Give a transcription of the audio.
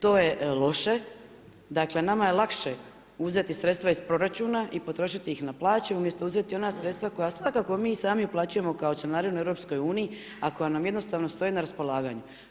To je loše, dakle nama je lakše uzeti sredstva iz proračuna i potrošiti ih na plaće umjesto ona sredstva koja svakako mi sami uplaćujemo kao članarinu EU-u a koja nam jednostavno stoji na raspolaganju.